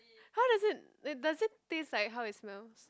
how does it uh does it taste like how it smells